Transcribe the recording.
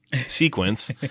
sequence